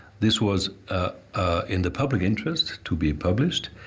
this was in the public interest to be published.